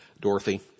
Dorothy